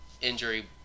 Injury